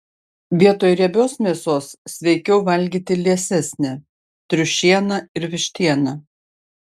vietoj riebios mėsos sveikiau valgyti liesesnę triušieną ir vištieną